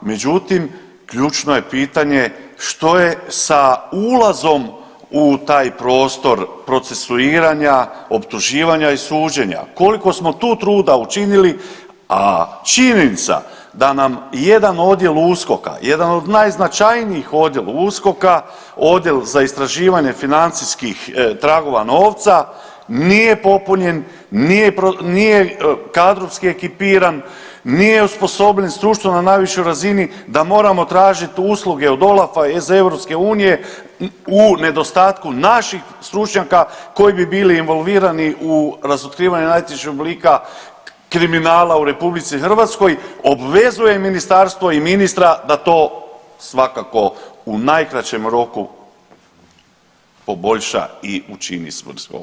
Međutim, ključno je pitanje što je sa ulazim u taj prostor procesuiranja, optuživanja i suđenja, koliko smo tu truda učinili, a činjenica da nam jedan odjel USKOK-a, jedan od najznačajnijih odjela USKOK-a, Odjel za istraživanje financijskim tragova novca nije popunjen, nije kadrovski ekipiran, nije osposobljen stručno na najvišoj razini da moramo tražiti usluge od OLAF-a iz EU u nedostatku naših stručnjaka koji bi bili involvirani u razotkrivanje najtežih oblika kriminala u RH, obvezuje ministarstvo i ministra da to svakako u najkraćem roku poboljša i učini svrhovitim.